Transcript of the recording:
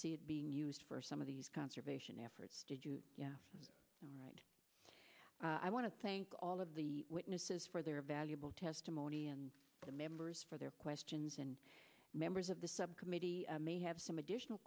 see it being used for some of these conservation efforts did you yeah all right i want to thank all of the witnesses for their valuable testimony and the members for their questions and members of the subcommittee may have some additional